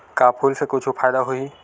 का फूल से कुछु फ़ायदा होही?